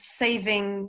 saving